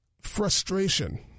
frustration